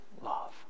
love